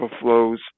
flows